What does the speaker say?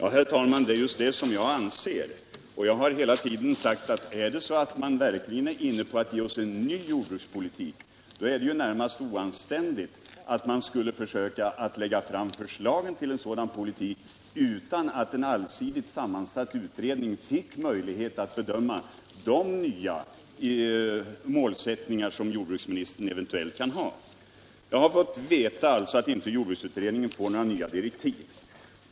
Herr talman! Det är just det jag anser. Jag har hela tiden sagt att om man verkligen är inne på att ge oss en ny jordbrukspolitik, då är det ju närmast oanständigt att man skulle försöka lägga fram förslag till en sådan politik utan att en allsidigt sammansatt utredning fick möjlighet att bedöma de nya målsättningar som jordbruksministern eventuellt kan ha. Jag har alltså fått veta att jordbruksutredningen inte får några nya direktiv.